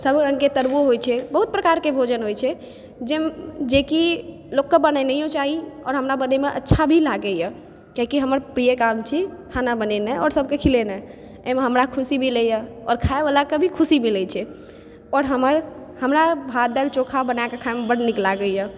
सब रङ्गके तरुओ होइत छै बहुत प्रकारके भोजन होइ छै जेकि लोकके बनेनियो चाही और हमरा बनाबयमे अच्छा भी लागैए कियाकि हमर प्रिय काम छी खाना बनेनाइ आओर सबके खिलेनाइ आओर एहिमे हमरा खुशी मिलैए आओर खाएवलाके भी खुशी मिलै छै